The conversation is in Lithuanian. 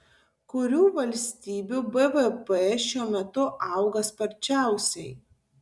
kurių valstybių bvp šiuo metu auga sparčiausiai